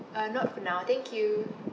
uh not for now thank you